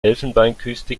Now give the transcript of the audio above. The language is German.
elfenbeinküste